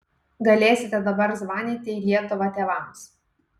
galėsite dabar zvanyti į lietuvą tėvams